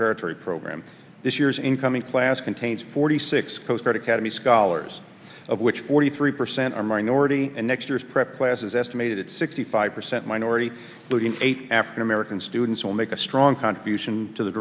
reprogram this year's incoming class contains forty six coast guard academy scholars of which forty three percent are minority and next year's prep class is estimated at sixty five percent minority looking eight african american students will make a strong contribution to the